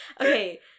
Okay